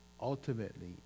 ultimately